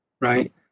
right